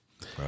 right